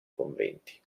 conventi